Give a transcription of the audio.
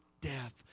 death